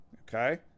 Okay